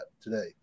today